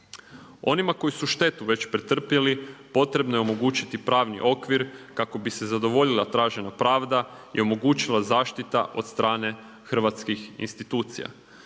Onima koji su štetu već pretrpjeli potrebno je omogućiti pravni okvir kako bi se zadovoljila tražena pravda i omogućila zaštita od strane hrvatskih institucija.